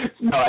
No